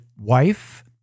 wife